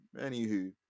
Anywho